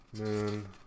Moon